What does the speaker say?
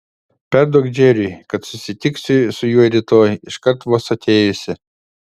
perduok džeriui kad susitiksiu su juo rytoj iškart vos atėjusi